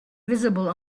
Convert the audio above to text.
visible